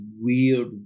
weird